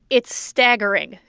it's staggering,